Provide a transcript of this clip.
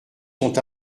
sont